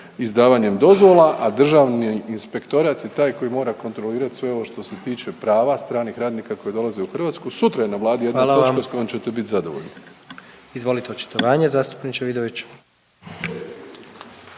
izdavanjem dozvola, a Državni inspektorat je taj koji mora kontrolirat sve ovo što se tiče prava stranih radnika koje dolaze u Hrvatsku. Sutra je na Vladi jedna …/Upadica predsjednik: Hvala vam./… točka s kojom